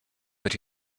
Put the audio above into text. but